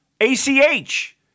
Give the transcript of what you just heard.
ACH